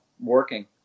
working